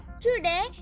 today